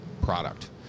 product